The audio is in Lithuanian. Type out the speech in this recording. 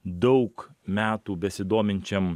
daug metų besidominčiam